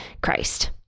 Christ